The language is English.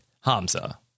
Hamza